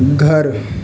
گھر